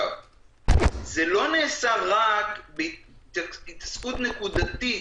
זה לא נעשה רק בהתעסקות נקודתית